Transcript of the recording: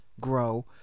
Grow